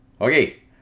Okay